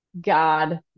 God